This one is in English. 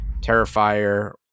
terrifier